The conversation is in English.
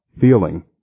feeling